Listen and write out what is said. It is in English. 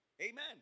amen